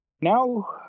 now